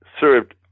served